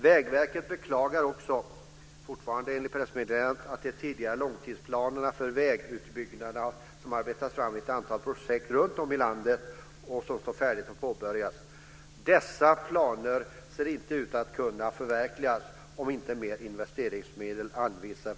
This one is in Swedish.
Vägverket beklagar också - fortfarande enligt pressmeddelandet - att de tidigare långtidsplanerna för vägutbyggnad som arbetats fram i ett antal projekt runtom i landet och som står färdiga att påbörjas inte ser ut att kunna förverkligas om inte mer investeringsmedel anvisas.